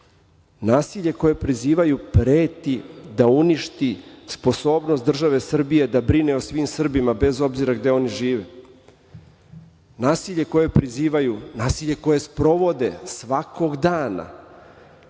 nasilje koje prizivaju preti da uništi sposobnost države Srbije da brine o svim Srbima, bez obzira gde oni žive, nasilje koje prizivaju, nasilje i koje sprovode svakog dana